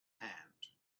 hand